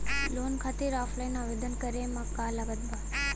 Loan खातिर offline आवेदन करे म का का लागत बा?